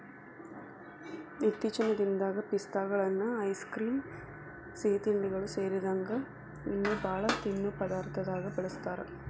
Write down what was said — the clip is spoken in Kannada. ಇತ್ತೇಚಿನ ದಿನದಾಗ ಪಿಸ್ತಾಗಳನ್ನ ಐಸ್ ಕ್ರೇಮ್, ಸಿಹಿತಿಂಡಿಗಳು ಸೇರಿದಂಗ ಇನ್ನೂ ಬಾಳ ತಿನ್ನೋ ಪದಾರ್ಥದಾಗ ಬಳಸ್ತಾರ